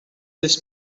this